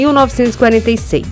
1946